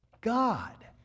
God